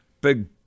big